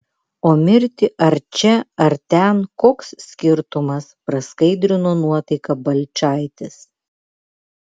o mirti ar čia ar ten koks skirtumas praskaidrino nuotaiką balčaitis